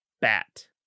bat